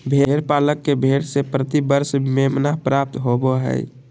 भेड़ पालक के भेड़ से प्रति वर्ष मेमना प्राप्त होबो हइ